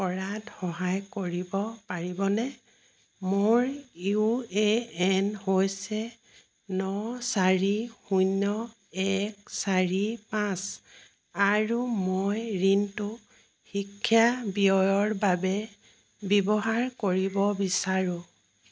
কৰাত সহায় কৰিব পাৰিবনে মোৰ ইউ এ এন হৈছে ন চাৰি শূন্য এক চাৰি পাঁচ আৰু মই ঋণটো শিক্ষা ব্যয়ৰ বাবে ব্যৱহাৰ কৰিব বিচাৰোঁ